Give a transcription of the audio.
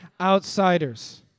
outsiders